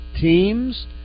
teams